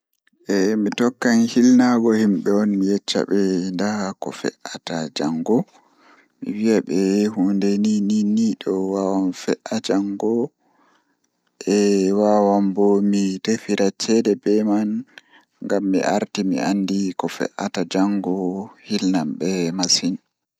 Eh mi tokkan hilnaago himɓe on mi yecca be nda ko fe'ata jango miviyaɓe huunde niinini ɗo wawan fe'a jango eh wawan bo mi tefira ceede be man ngam mi arti mi andi ko fe'ata jango, Hilnan ɓe masin.